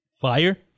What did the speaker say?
Fire